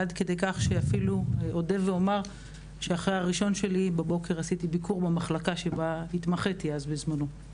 עד כדי כך שאחרי הראשון אודה שעשיתי ביקור במחלקה שבה התמחיתי בזמנו.